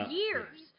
years